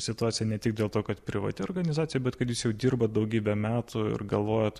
situacija ne tik dėl to kad privati organizacija bet kad jis jau dirbat daugybę metų ir galvojat